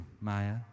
Maya